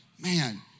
Man